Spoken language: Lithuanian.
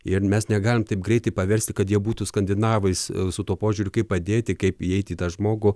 ir mes negalim taip greitai paversti kad jie būtų skandinavais su tuo požiūriu kaip padėti kaip įeiti į tą žmogų